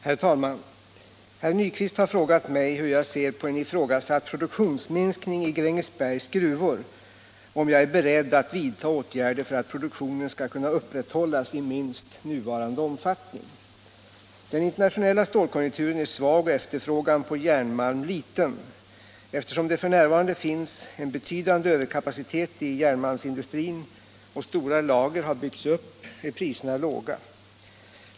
Herr talman! Herr Nyquist har frågat mig hur jag ser på en ifrågasatt produktionsminskning i Grängesbergs gruvor och om jag är beredd att vidta åtgärder för att produktionen skall kunna upprätthållas i minst nuvarande omfattning. Den internationella stålkonjunkturen är svag och efterfrågan på järnmalm liten. Eftersom det f.n. finns en betydande överkapacitet i järnmalmsindustrin och stora lager har byggts upp är priserna låga.